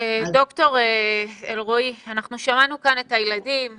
ד"ר אלרעי, אנחנו שמענו כאן את הילדים אומרים,